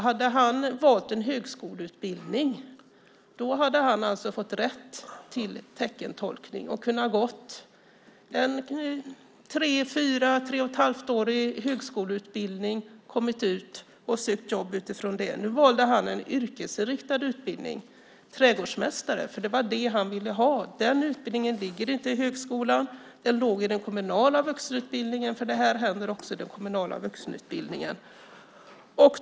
Hade han valt en högskoleutbildning hade han fått rätt till teckentolkning, kunnat gå en högskoleutbildning på tre och ett halvt, fyra år, kommit ut och sökt arbete utifrån den. Nu valde han en utbildning till trädgårdsmästare, eftersom det var vad han ville ha. Den utbildningen ligger inte i högskolan. Den låg i den kommunala vuxenutbildningen. Det händer också i den kommunala vuxenutbildningen.